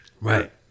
Right